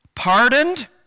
pardoned